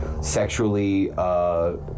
sexually